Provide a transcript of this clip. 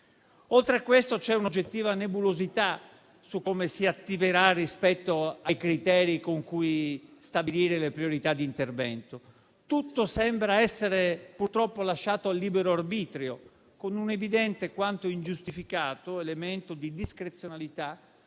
Oltre a questo c'è un'oggettiva nebulosità su come si attiverà rispetto ai criteri con cui stabilire le priorità di intervento. Tutto, purtroppo, sembra essere lasciato al libero arbitrio, con un evidente quanto ingiustificato elemento di discrezionalità